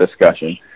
discussion